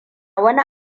wani